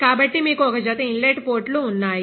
కాబట్టి మీకు ఒక జత ఇన్లెట్ పోర్టులు ఉన్నాయి